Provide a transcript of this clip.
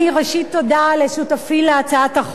ראשית תודה לשותפי להצעת החוק,